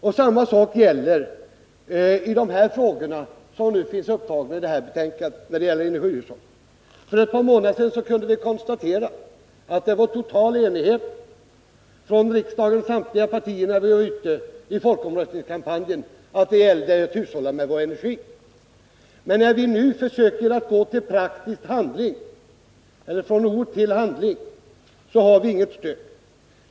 ; Detsamma gäller de frågor som behandlas i detta betänkande om energihushållningen. För ett par månader sedan kunde vi i folkomröstningskampanjen konstatera att det var total enighet från samtliga partiers sida om att det gällde att hushålla med vår energi. Men när vi nu försöker gå från ord till handling, så har vi inget stöd.